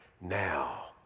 now